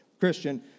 Christian